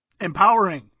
Empowering